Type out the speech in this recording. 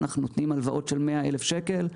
אנחנו נותנים הלוואות של 100 אלף שקל,